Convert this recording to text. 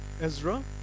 Ezra